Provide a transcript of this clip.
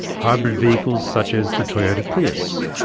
hybrid vehicles such as the toyota prius,